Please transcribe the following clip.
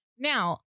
Now